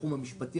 בתחום המשפטי,